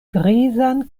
grizan